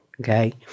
Okay